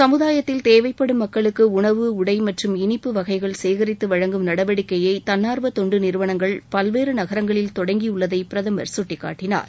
சமூதாயத்தில் தேவைப்படும் மக்களுக்கு உணவு உடை மற்றும் இனிப்பு வகைகள் சேகரித்து வழங்கும் நடவடிக்கையை தன்னார்வ தொண்டுநிறவனங்கள் பல்வேறு நகரங்களில் தொடங்கியுள்ளதை பிரதமா் சுட்டிக்காட்டினார்